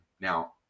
Now